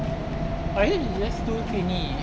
or is it she just too clingy